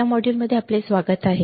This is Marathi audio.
या मॉड्यूलमध्ये आपले स्वागत आहे